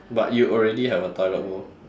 but you already have a toilet bowl